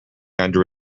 under